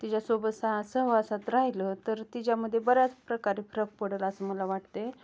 तिच्यासोबत सा सहवासात राहिलं तर तिच्यामध्ये बऱ्याच प्रकारे फरक पडेल असं मला वाटते